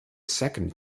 second